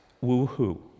Woo-hoo